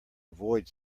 avoid